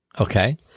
Okay